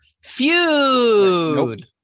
feud